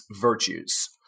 virtues